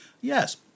Yes